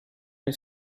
nel